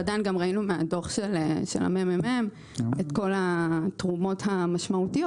וראינו בדוח של הממ"מ את כל התרומות המשמעותיות